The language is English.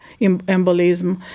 embolism